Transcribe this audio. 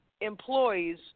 employees